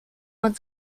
man